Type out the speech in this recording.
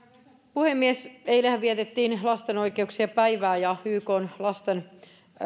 puhemies eilenhän vietettiin lasten oikeuksien päivää ja ykn